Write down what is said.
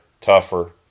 tougher